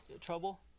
trouble